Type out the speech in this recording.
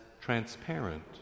transparent